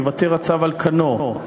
ייוותר הצו על כנו.